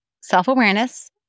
self-awareness